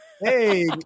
Hey